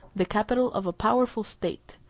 the capital of a powerful state,